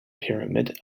pyramid